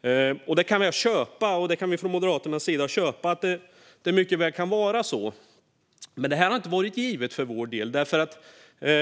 Vi kan från Moderaternas sida köpa att det mycket väl kan vara så, men det har inte varit givet för vår del.